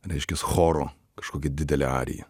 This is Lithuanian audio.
reiškias choro kažkokia didelė arija